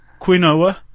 quinoa